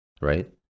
right